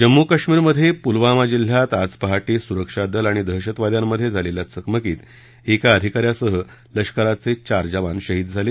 जम्मू काश्मीरमध्ये पुलवामा जिल्ह्यात आज पहाटे सुरक्षा दल आणि दहशतवाद्यांमध्ये झालेल्या चकमकीत एका अधिका यासह लष्कराचे चार जवान शहीद झाले